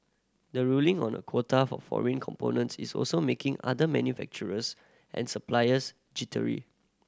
the ruling on a quota for foreign components is also making other manufacturers and suppliers jittery